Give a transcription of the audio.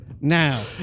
now